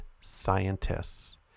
scientists